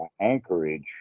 anchorage